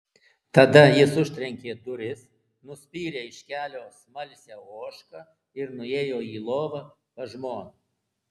tada jis užtrenkė duris nuspyrė iš kelio smalsią ožką ir nuėjo į lovą pas žmoną